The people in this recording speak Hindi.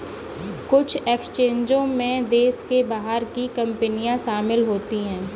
कुछ एक्सचेंजों में देश के बाहर की कंपनियां शामिल होती हैं